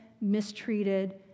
mistreated